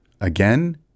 again